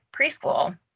preschool